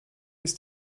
ist